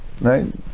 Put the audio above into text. right